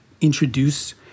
introduce